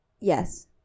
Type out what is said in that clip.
Yes